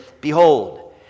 behold